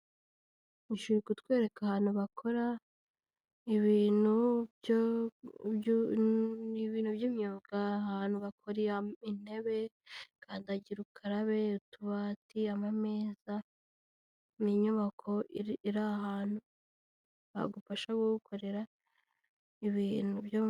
Ishusho irikutwereka ahantu bakora ibintu by'imyuga, ahantu bakora intebe, kandagirukarabe, utubati, ameza, ni inyubako iri ahantu hagufasha kuhakorera ibintu byose.